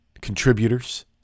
contributors